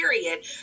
period